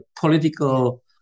political